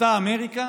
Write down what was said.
אותה אמריקה,